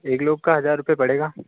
एक लोग का हज़ार रुपये पड़ेगा